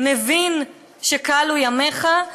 מבין שכלו ימיך,